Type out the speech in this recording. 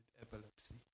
epilepsy